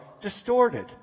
distorted